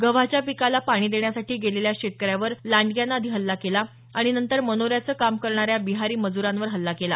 गव्हाच्या पिकाला पाणी देण्यासाठी गेलेल्या शेतकऱ्यावर लांडग्यानं आधी हल्ला केला आणि नंतर मनोऱ्याचं काम करणाऱ्या बिहारी मजुरांवर हल्ला केला